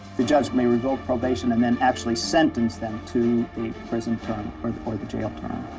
the judge may revoke probation and then actually sentence them to the prison term or the or the jail term.